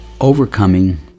overcoming